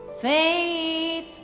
Faith